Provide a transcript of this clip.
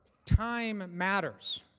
time matters.